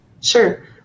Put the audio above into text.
Sure